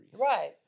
Right